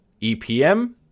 EPM